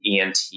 ENT